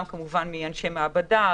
גם מאנשי מעבדה,